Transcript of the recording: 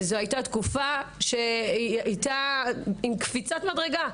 וזו הייתה תקופה של קפיצת מדרגה.